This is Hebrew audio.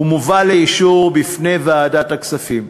ומובא לאישור בוועדת הכספים.